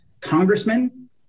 congressman